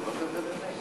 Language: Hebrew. הוא לא מדבר אמת.